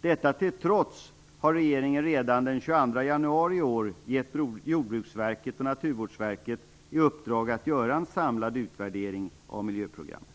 Detta till trots har regeringen redan den 22 januari i år gett Jordbruksverket och Naturvårdsverket i uppdrag att göra en samlad utvärdering av miljöprogrammet.